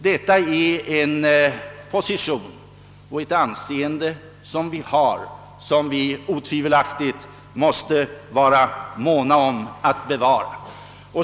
Denna position och detta anseende måste vi utan tvivel vara måna om att bevara.